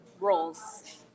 roles